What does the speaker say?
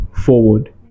forward